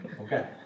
Okay